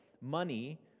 money